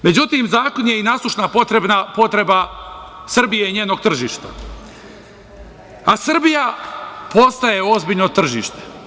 Međutim, zakon je i nasušna potreba Srbije i njenog tržišta, a Srbija postaje ozbiljno tržište.